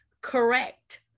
correct